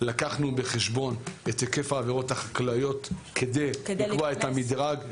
לקחנו בחשבון את היקף העבירות החקלאיות כדי לקבוע את המדרג,